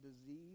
disease